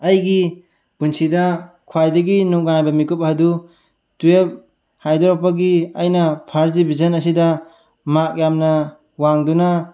ꯑꯩꯒꯤ ꯄꯨꯟꯁꯤꯗ ꯈ꯭ꯋꯥꯏꯗꯒꯤ ꯅꯨꯡꯉꯥꯏꯕ ꯃꯤꯀꯨꯞ ꯑꯗꯨ ꯇꯨꯌꯦꯜꯞ ꯍꯥꯏꯗꯣꯔꯛꯄꯒꯤ ꯑꯩꯅ ꯐꯥꯔꯁ ꯗꯤꯕꯤꯖꯟ ꯑꯁꯤꯗ ꯃꯥꯛ ꯌꯥꯝꯅ ꯋꯥꯡꯗꯨꯅ